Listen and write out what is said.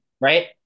Right